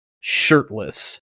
shirtless